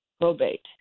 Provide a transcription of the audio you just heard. probate